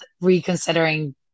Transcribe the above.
reconsidering